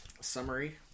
summary